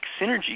synergy